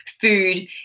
food